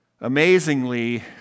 amazingly